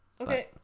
Okay